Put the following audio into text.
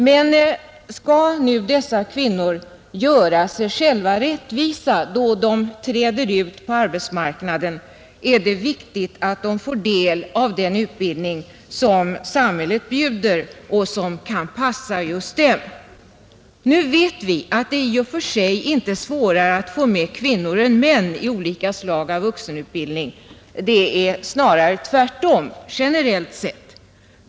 Men skall nu dessa kvinnor göra sig själva rättvisa, då de träder ut på arbetsmarknaden, är det viktigt att de får del av den utbildning som samhället bjuder och som kan passa just dem. Nu vet vi att det i och för sig inte är svårare att få med kvinnor än män i olika slag av vuxenutbildning — det är snarare tvärtom, generellt sett.